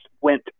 went